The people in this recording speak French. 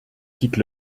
quitte